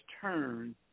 turn